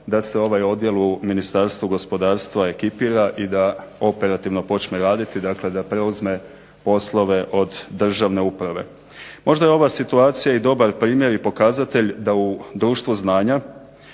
da se ovaj odjel u Ministarstvu gospodarstva ekipira i da operativno počne raditi dakle da preuzme poslove od državne uprave. Možda je ova situacija dobar primjer i pokazatelj da u društvu znanja